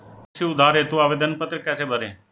कृषि उधार हेतु आवेदन पत्र कैसे भरें?